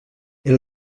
era